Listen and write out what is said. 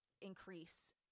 increase